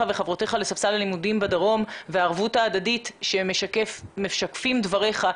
וחברותיך לספסל הלימודים בדרום והערבות ההדדית שמשקפים דבריך,